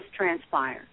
transpire